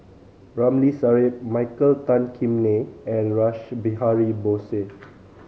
Ramli Sarip Michael Tan Kim Nei and Rash Behari Bose